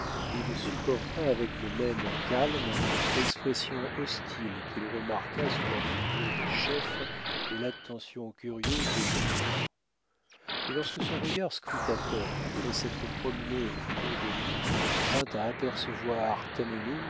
il supporta avec le même calme l'expression hostile qu'il remarqua sur la figure des chefs et l'attention curieuse des jeunes gens mais lorsque son regard scrutateur après s'être promené autour de lui vint à apercevoir